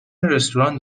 رستوران